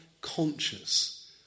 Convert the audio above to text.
conscious